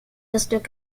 historic